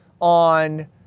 on